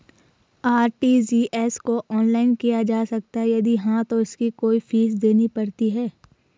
RTGS को online किया जा सकता है यदि हाँ तो इसकी कोई फीस देनी पड़ती है?